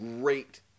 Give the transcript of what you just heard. great